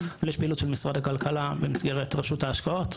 אבל יש פעילות של משרד הכלכלה במסגרת רשות ההשקעות,